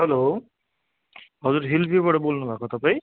hello हजुर hill भ्यूबाट बोल्नुभएको तपाईँ